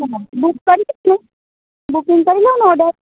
હા બૂક કરી દઉંને બૂકિંગ કરી લઉંને ઓર્ડર